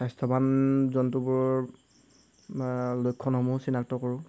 স্বাস্থ্যৱান জন্তুবোৰৰ লক্ষণসমূহো চিনাক্ত কৰোঁ